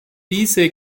diese